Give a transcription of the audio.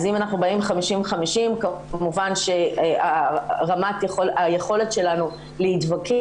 אז אם אנחנו באים 50-50 כמובן שהיכולת שלנו להתווכח